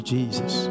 Jesus